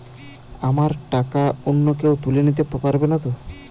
আমার টাকা অন্য কেউ তুলে নিতে পারবে নাতো?